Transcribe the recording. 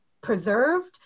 preserved